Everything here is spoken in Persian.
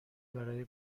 برای